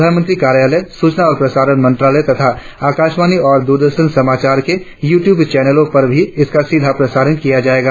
प्रधानमंत्री कार्यालय सूचना और प्रसारण मंत्रालय तथा आकाशवाणि और दूरदर्शन समाचार के यू ट्यूब चैनलों पर इसका सीधा प्रसारण किया जाएगा